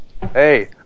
Hey